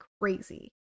crazy